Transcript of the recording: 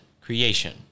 creation